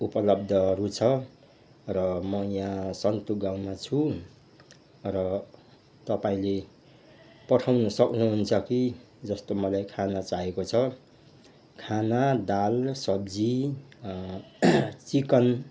उपलब्धहरू छ र म यहाँ सन्तुक गाउँमा छु र तपाईँले पठाउन सक्नुहुन्छ कि जस्तो मलाई खाना चाहिएको छ खाना दाल सब्जी चिकन